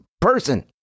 person